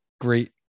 great